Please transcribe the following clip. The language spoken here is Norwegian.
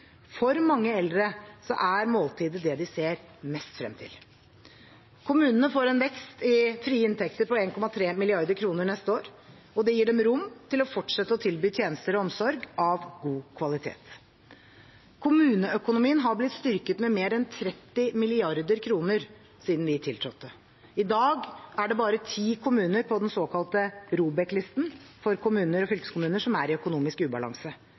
For mange eldre er måltidet det de ser mest frem til. Kommunene får en vekst i frie inntekter på 1,3 mrd. kr neste år. Det gir dem rom til å fortsette å tilby tjenester og omsorg av god kvalitet. Kommuneøkonomien har blitt styrket med mer enn 30 mrd. kr siden vi tiltrådte. I dag er det bare ti kommuner på den såkalte ROBEK-listen for kommuner og fylkeskommuner som er i økonomisk ubalanse.